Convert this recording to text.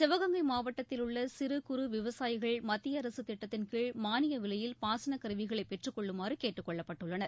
சிவகங்கை மாவட்டத்தில் உள்ள சிறு குறு விவசாயிகள் மத்திய அரசின் திட்டத்தின்கீழ் மானிய விலையில் பாசன கருவிகளை பெற்றுக்கொள்ளுமாறு கேட்டுக்கொள்ளப்பட்டுள்ளனர்